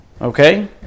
Okay